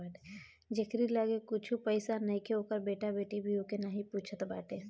जेकरी लगे कुछु पईसा नईखे ओकर बेटा बेटी भी ओके नाही पूछत बाटे